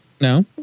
No